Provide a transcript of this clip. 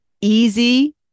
easy